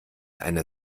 einer